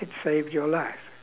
it saved your life